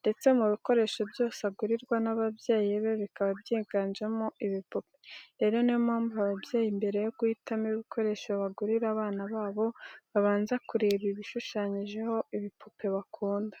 ndetse mu bikoresho byose agurirwa n'ababyeyi be bikaba byiganjemo ibipupe. Rero niyo mpamvu ababyeyi mbere yo kuhitamo ibikoresho bagurira abana babo, babanza kureba ibishishanyijeho ibipupe bakunda.